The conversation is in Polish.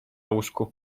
łóżku